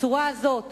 בצורה כזאת